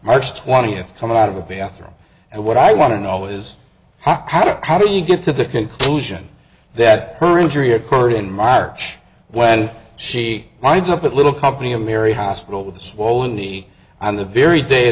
march twentieth come out of the bathroom and what i want to know is how did how do you get to the conclusion that her injury occurred in march when she minds up a little company of mary hospital with a swollen knee on the very day